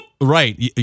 Right